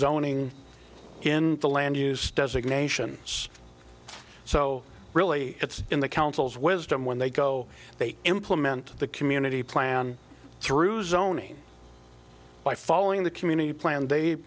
zoning in the land use designation so really it's in the council's wisdom when they go they implement the community plan through zoning by following the community plan they